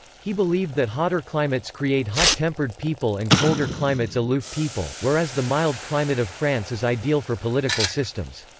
he believed that hotter climates create hot-tempered people and colder climates aloof people, whereas the mild climate of france is ideal for political systems.